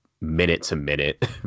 minute-to-minute